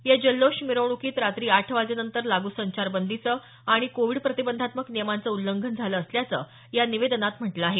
या जल्लोष मिरवणुकीत रात्री आठ वाजेनंतर लागू संचारबंदीच आणि कोविड प्रतिबंधात्मक नियमांचं उल्लंघन झालं असल्याचं या निवेदनात म्हटलं आहे